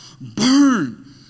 Burn